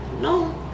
no